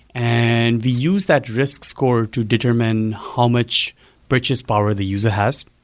and we use that risk score to determine how much purchase power the user has.